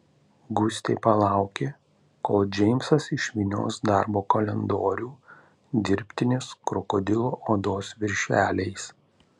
gustė palaukė kol džeimsas išvynios darbo kalendorių dirbtinės krokodilo odos viršeliais